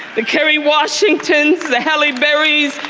the kerry washingtons, the halle berrys,